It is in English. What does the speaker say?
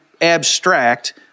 abstract